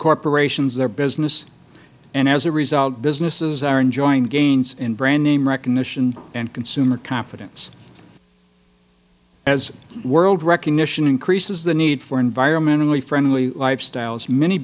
rporations their business and as a result businesses are enjoying gains in brand name recognition and consumer confidence as world recognition increases the need for environmentally friendly lifestyles m